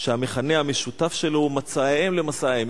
שהמכנה המשותף שלהם הוא ממוצאיהם למסעיהם.